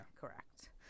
Correct